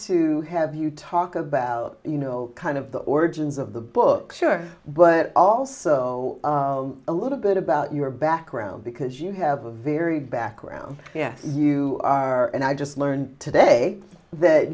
to have you talk about you know kind of the origins of the books sure but also a little bit about your background because you have a very background yes you are and i just learned today that